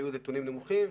היו נתונים נמוכים,